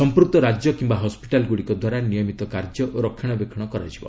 ସମ୍ପୁକ୍ତ ରାଜ୍ୟ କିମ୍ବା ହସ୍କିଟାଲ୍ଗୁଡ଼ିକ ଦ୍ୱାରା ନିୟମିତ କାର୍ଯ୍ୟ ଓ ରକ୍ଷଣାବେକ୍ଷଣ କରାଯିବ